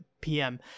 PM